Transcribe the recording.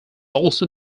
also